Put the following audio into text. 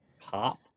pop